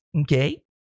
Okay